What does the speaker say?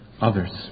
others